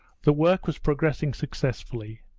the work was progressing successfully.